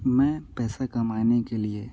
मैं पैसा कमाने के लिए